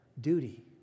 duty